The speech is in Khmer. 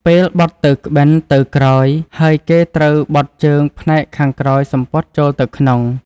ពេលបត់ទៅក្បិនទៅក្រោយហើយគេត្រូវបត់ជើងផ្នែកខាងក្រោយសំពត់ចូលទៅក្នុង។